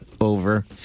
over